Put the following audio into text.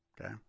Okay